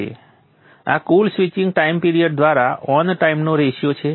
આ કુલ switching time period દ્વારા ઓન ટાઇમનો રેશિયો છે